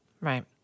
Right